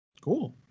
Cool